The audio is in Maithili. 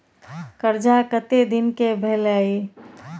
कर्जा कत्ते दिन के भेलै?